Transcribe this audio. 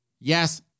yes